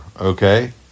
Okay